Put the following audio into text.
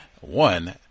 one